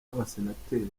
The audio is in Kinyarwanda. abasenateri